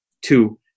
Two